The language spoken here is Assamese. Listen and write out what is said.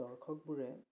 দৰ্শকবোৰে